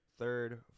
Third